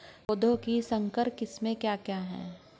पौधों की संकर किस्में क्या क्या हैं?